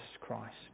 Christ